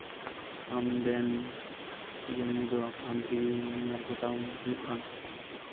ᱟᱢ ᱨᱮᱱ ᱡᱤᱭᱟᱹᱞᱤ ᱫᱚ ᱟᱢ ᱛᱮᱜᱮ ᱧᱮᱞ ᱠᱚᱛᱟᱢ ᱦᱩᱭᱩᱜᱼᱟ